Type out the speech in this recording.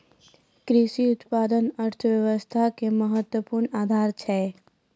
कृषि उत्पाद अर्थव्यवस्था के महत्वपूर्ण आधार छै